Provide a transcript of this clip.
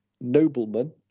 noblemen